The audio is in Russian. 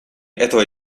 этого